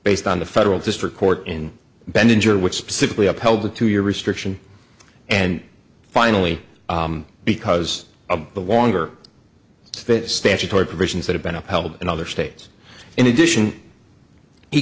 based on the federal district court in bend in your which specifically upheld the two year restriction and finally because of the water that statutory provisions that have been upheld in other states in addition he